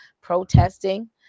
protesting